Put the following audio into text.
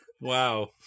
Wow